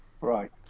Right